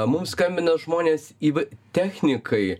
mums skambina žmonės įvai technikai